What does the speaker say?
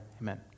Amen